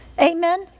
Amen